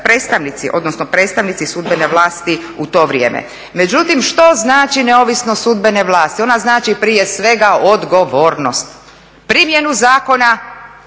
predstavnici, odnosno predstavnici sudbene vlasti u to vrijeme. Međutim, što znači neovisnost sudbene vlasti? Ona znači prije svega odgovornost. Primjenu zakona